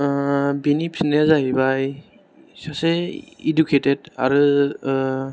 बिनि फिन्नाया जाहैबाय सासे इडुकेटेट आरो